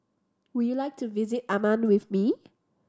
would you like to visit Amman with me